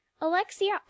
Alexia